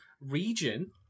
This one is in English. region